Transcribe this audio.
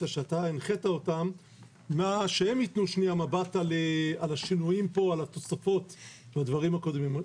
שהם יתנו מבט על השינויים ועל התוספות לעומת הדברים הקודמים.